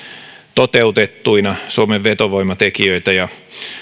toteutettuina suomen vetovoimatekijöitä ja